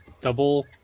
double